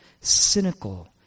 cynical